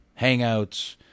hangouts